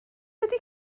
ydy